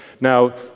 Now